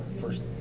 first